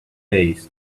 taste